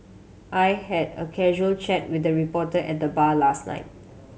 I had a casual chat with the reporter at the bar last night